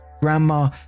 Grandma